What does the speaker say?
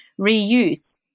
reuse